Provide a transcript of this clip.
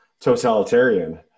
totalitarian